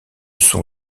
sont